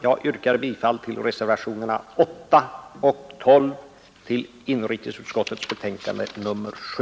Jag yrkar bifall till reservationerna 8 och 12 vid inrikesutskottets betänkande nr 7.